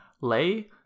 lay